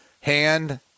hand